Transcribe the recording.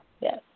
Yes